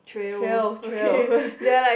trail